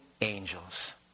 angels